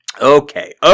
Okay